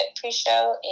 pre-show